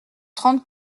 trente